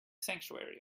sanctuary